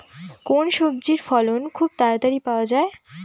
কোন সবজির ফলন খুব তাড়াতাড়ি পাওয়া যায়?